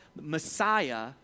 Messiah